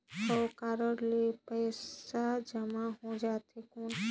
हव कारड ले पइसा जमा हो जाथे कौन?